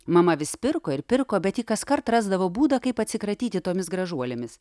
mama vis pirko ir pirko bet ji kaskart rasdavo būdą kaip atsikratyti tomis gražuolėmis